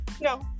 No